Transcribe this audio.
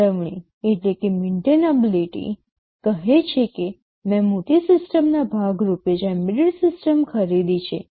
જાળવણી કહે છે કે મેં મોટી સિસ્ટમના ભાગ રૂપે જ એમ્બેડેડ સિસ્ટમ ખરીદી છે